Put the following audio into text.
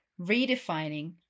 redefining